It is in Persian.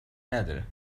نداره